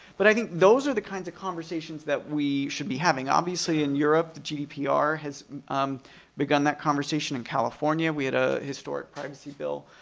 but i think those are the kinds of conversations that we should be having. obviously, in europe, the gdpr has begun that conversation. in california we had a historic privacy bill